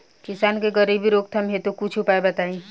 किसान के गरीबी रोकथाम हेतु कुछ उपाय बताई?